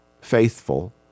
faithful